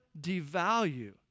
devalue